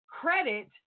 credit